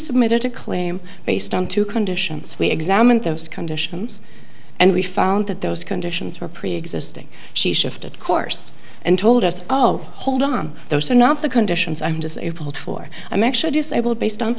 submitted to claim based on two conditions we examined those conditions and we found that those conditions were preexisting she shifted course and told us oh hold on those are not the conditions i'm disabled for i'm actually do so i will based on